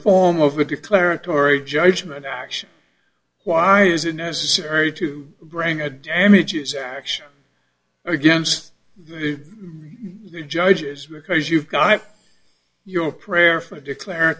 form of a declaratory judgment action why is it necessary to bring a damages action against the judges because you've got your prayer for declar